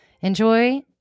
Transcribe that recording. enjoy